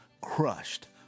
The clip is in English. crushed